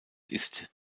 ist